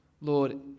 Lord